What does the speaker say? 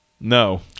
No